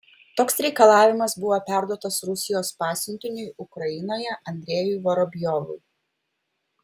toks reikalavimas buvo perduotas rusijos pasiuntiniui ukrainoje andrejui vorobjovui